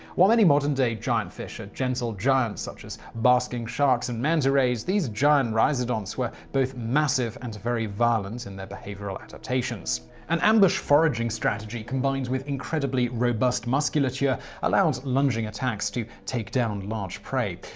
while many modern day giant fish are gentle giants, such as basking sharks and manta rays, these giant rhizodonts were both massive and very violent in their behavioral adaptations. an ambush foraging strategy combined with incredibly robust musculature allowed lunging attacks to take down large prey.